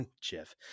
Jeff